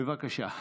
בבקשה.